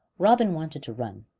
robin wanted to run,